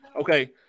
Okay